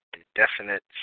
indefinite